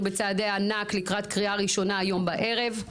בצעדי ענק לקראת קריאה ראשונה היום בערב,